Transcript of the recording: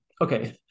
Okay